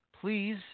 please